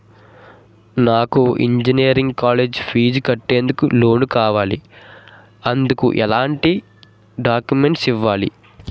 నాకు engineering college fees కట్టేందుకు loan కావాలి, ఎందుకు ఎలాంటి డాక్యుమెంట్స్ ఇవ్వాలి?